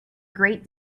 great